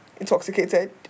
Intoxicated